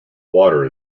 water